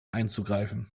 einzugreifen